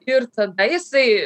ir tada jisai